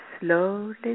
slowly